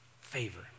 Favor